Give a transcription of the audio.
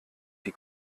die